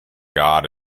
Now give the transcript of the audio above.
god